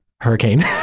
hurricane